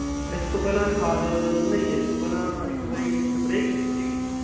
ਇਸ ਤੋਂ ਪਹਿਲਾਂ ਖਾਦ ਨਹੀਂ ਇਸ ਤੋਂ ਪਹਿਲਾਂ ਇੱਕ ਵਾਰੀ ਸਪਰੇਅ ਕੀਤੀ ਸੀਗੀ ਜੀ